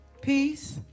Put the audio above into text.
peace